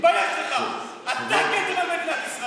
טוב, תודה רבה.